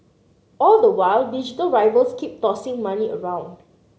all the while digital rivals keep tossing money around